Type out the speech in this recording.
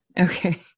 Okay